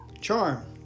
charm